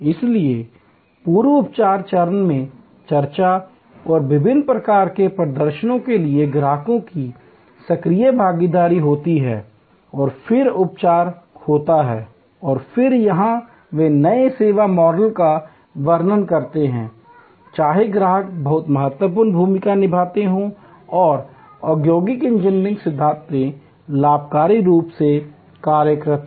इसलिए पूर्व उपचार चरण में चर्चा और विभिन्न प्रकार के प्रदर्शनों के लिए ग्राहकों की सक्रिय भागीदारी होती है और फिर उपचार होता है और फिर यहां वे नए सेवा मॉडल का वर्णन करते हैं चाहे ग्राहक बहुत महत्वपूर्ण भूमिका निभाते हों और औद्योगिक इंजीनियरिंग सिद्धांत लाभकारी रूप से कार्यरत हैं